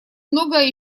многое